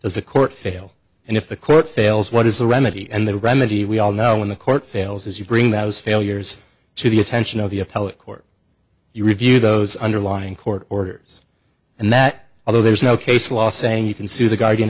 the court fail and if the court fails what is the remedy and the remedy we all know when the court fails as you bring those failures to the attention of the appellate court you review those underlying court orders and that although there is no case law saying you can sue the guardian